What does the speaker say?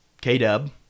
K-Dub